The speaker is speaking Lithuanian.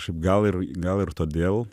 šiaip gal ir gal ir todėl